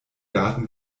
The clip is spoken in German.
garten